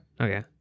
Okay